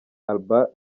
alba